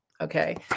Okay